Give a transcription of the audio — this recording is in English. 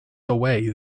away